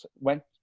went